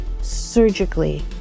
surgically